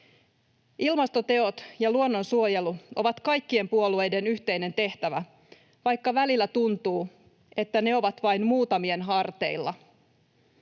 Ilmastoteot ja luonnonsuojelu ovat kaikkien puolueiden yhteisiä tehtäviä, vaikka välillä tuntuu, että ne ovat vain muutamien harteilla.